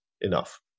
enough